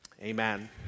amen